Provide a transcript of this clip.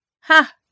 Ha